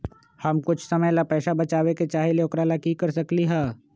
हम कुछ समय ला पैसा बचाबे के चाहईले ओकरा ला की कर सकली ह?